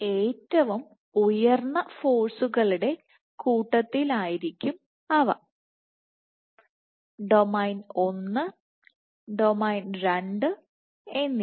ഏറ്റവും ഉയർന്ന ഫോഴ്സുകളുടെ കൂട്ടത്തിലായിരിക്കും ഡൊമെയ്ൻ 1 ഡൊമെയ്ൻ 2 എന്നിവ